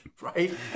right